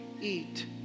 eat